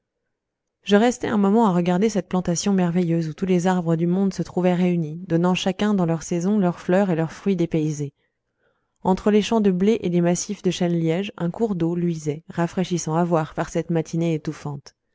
je restai un moment à regarder cette plantation merveilleuse où tous les arbres du monde se trouvaient réunis donnant chacun dans leur saison leurs fleurs et leurs fruits dépaysés entre les champs de blé et les massifs de chênes lièges un cours d'eau luisait rafraîchissant à voir par cette matinée étouffante